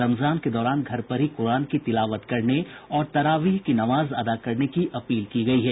रमजान के दौरान घर पर ही कुरान की तिलावत करने और तरावीह की नमाज अदा करने की अपील की गयी है